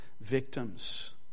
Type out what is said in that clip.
victims